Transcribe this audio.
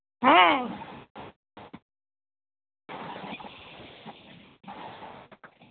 হ্যাঁ